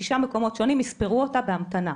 בשישה מקומות שונים יספרו אותה בהמתנה.